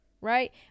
right